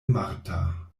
marta